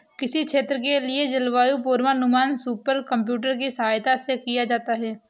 किसी क्षेत्र के लिए जलवायु पूर्वानुमान सुपर कंप्यूटर की सहायता से किया जाता है